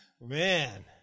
Man